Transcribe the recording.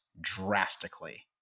drastically